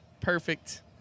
perfect